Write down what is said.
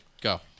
Go